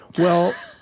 well,